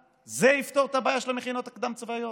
תפתור את הבעיה של המכינות הקדם-צבאיות,